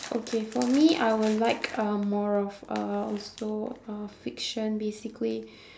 okay for me I will like um more of uh also uh fiction basically